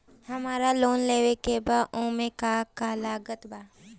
हमरा लोन लेवे के बा ओमे का का लागत बा?